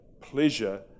pleasure